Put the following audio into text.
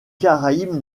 caraïbes